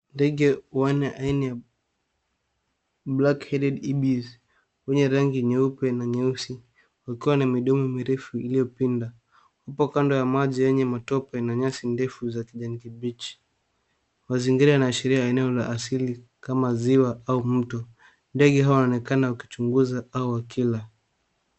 Ndege wanne aina ya Black Headed Ebis wenye rangi nyeupe na nyeusi ukiwa na midomo mirefu iliyopinda. Upo kando ya maji yenye matope na nyasi ndefu za kijani kibichi. Mazingira yanaashiria eneo la asili kama ziwa au mto. Ndege hawa wanaonekana wakichunguza au wakila.